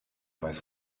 weißt